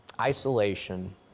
isolation